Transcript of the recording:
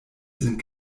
sind